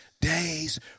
days